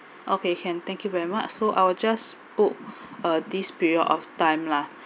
okay can thank you very much so I will just book uh this period of time lah